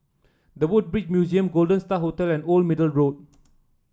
The Woodbridge Museum Golden Star Hotel and Old Middle Road